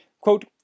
Quote